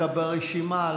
אתה ברשימה.